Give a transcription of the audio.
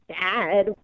dad